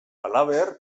halaber